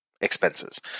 expenses